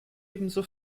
ebenso